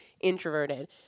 introverted